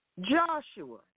Joshua